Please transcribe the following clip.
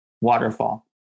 Waterfall